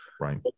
right